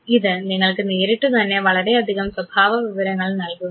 ഇത് നിങ്ങൾക്ക് നേരിട്ടു തന്നെ വളരെയധികം സ്വഭാവ വിവരങ്ങൾ നൽകുന്നു